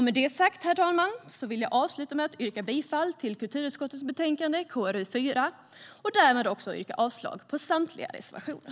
Med det sagt, herr talman, vill jag avsluta med att yrka bifall till kulturutskottets förslag i betänkande KrU4 och därmed också yrka avslag på samtliga reservationer.